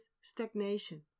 stagnation